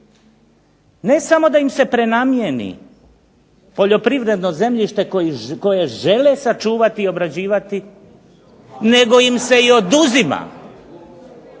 ne samo da im se prenamijeni poljoprivredno zemljište koje žele sačuvati i obrađivati nego im se i oduzima.